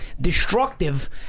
destructive